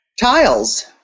Tiles